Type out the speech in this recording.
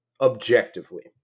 Objectively